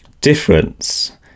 difference